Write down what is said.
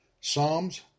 Psalms